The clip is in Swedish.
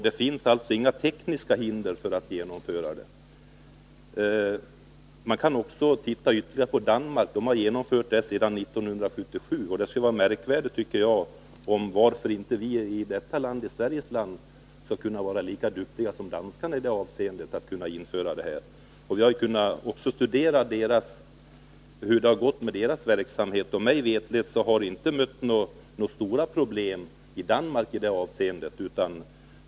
Det finns alltså inga tekniska hinder för att genomföra den. Man kan också se på Danmark, som genomförde denna ändring 1977. Det skulle vara märkvärdigt, tycker jag, om inte vi i Sverige skulle vara lika duktiga som danskarna när det gäller att kunna införa dessa bestämmelser. Vi har också kunnat studera hur det har gått med deras verksamhet. Mig veterligt har det inte varit några stora problem i Danmark i det avseendet.